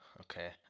Okay